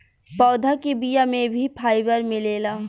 पौधा के बिया में भी फाइबर मिलेला